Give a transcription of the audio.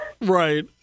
Right